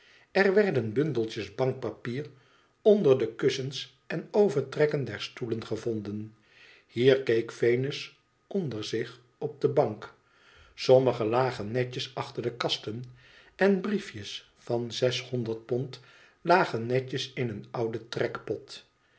r werden bundeltjes bankpapier onder de kussens en overtrekken der stoelen gevonden hier keek venus onder zich op de bank sommige lagen netjes achter de kasten en briefjes van zeshonderd pond lagen netjes in een ouden trekpot